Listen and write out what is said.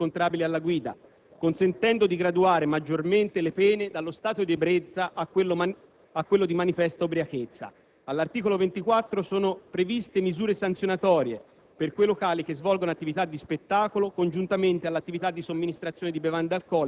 All'articolo 16, viene prevista un'ulteriore fascia dei tassi alcolemici riscontrabili alla guida, consentendo di graduare maggiormente le pene dallo stato di ebbrezza a quello di manifesta ubriachezza. All'articolo 24, sono previste misure sanzionatorie